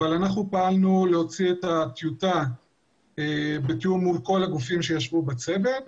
אבל אנחנו פעלנו להוציא את הטיוטה בתיאום מול הגופים שישבו בצוות.